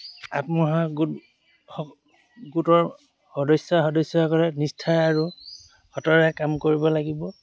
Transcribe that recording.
আত্মসহায়ক গোট গোটৰ সদস্য়া সদস্যসকলে নিষ্ঠাৰে আৰু সততাৰে কাম কৰিব লাগিব